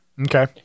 Okay